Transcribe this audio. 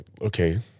okay